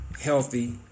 healthy